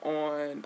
on